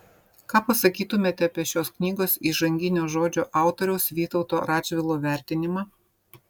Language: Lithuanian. ką pasakytumėte apie šios knygos įžanginio žodžio autoriaus vytauto radžvilo vertinimą